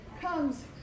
comes